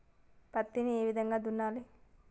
పత్తిని ఏ విధంగా దున్నాలి?